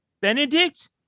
Benedict